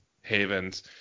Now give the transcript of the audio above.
havens